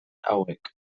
hauek